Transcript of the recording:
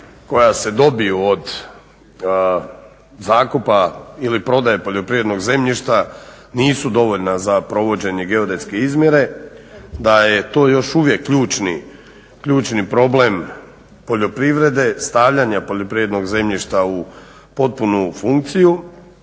koja se dobiju od zakupa ili prodaje poljoprivrednog zemljišta nisu dovoljna za provođenje geodetske izmjere, da je to još uvijek ključni problem poljoprivrede, stavljanja poljoprivrednog zemljišta u potpunu funkciju.